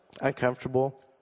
uncomfortable